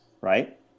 Right